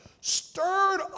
stirred